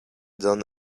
down